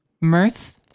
mirth